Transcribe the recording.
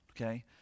okay